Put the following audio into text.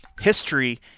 history